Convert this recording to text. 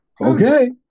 Okay